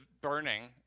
burning